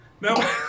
No